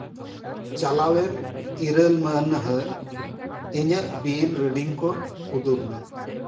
ᱪᱟᱞᱟᱣᱮᱱ ᱤᱨᱟᱹᱞ ᱢᱟᱹᱱᱦᱟᱹ ᱤᱧᱟᱹᱜ ᱵᱤᱞ ᱨᱮᱰᱤᱝ ᱠᱚ ᱩᱫᱩᱠ ᱢᱮ